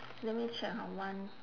let me check hor one